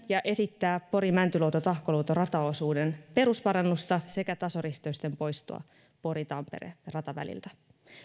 ja esittää pori mäntyluoto tahkoluoto rataosuuden perusparannusta sekä tasoristeysten poistoa pori tampere rataväliltä